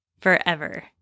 forever